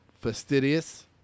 fastidious